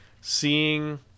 Seeing